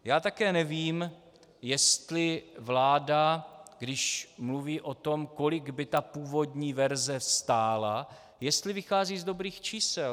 Já také nevím, jestli vláda, když mluví o tom, kolik by původní verze stála, vychází z dobrých čísel.